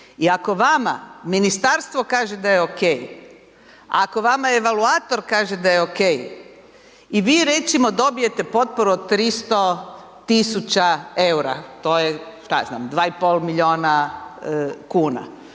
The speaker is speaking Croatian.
I ako vama ministarstvo kaže da je o.k., ako vama evaluator kaže da je o.k. i vi recimo dobijete potporu od 300000 eura, to je šta ja znam 2 i pol milijuna kuna.